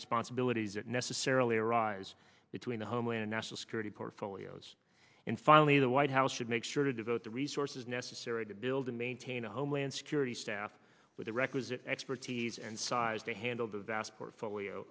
responsibilities that necessarily arise between the homeland national security portfolios and finally the white house should make sure to devote the resources necessary to build and maintain a homeland security staff with the requisite expertise and size to handle the vast